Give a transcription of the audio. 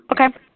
Okay